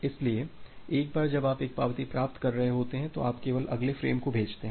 इसलिए एक बार जब आप यह पावती प्राप्त कर रहे होते हैं तो आप केवल अगले फ्रेम को भेजते हैं